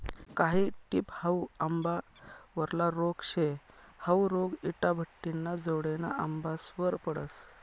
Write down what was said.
कायी टिप हाउ आंबावरला रोग शे, हाउ रोग इटाभट्टिना जोडेना आंबासवर पडस